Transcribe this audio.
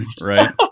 Right